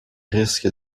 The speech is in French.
risques